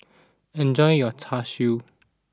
enjoy your Char Siu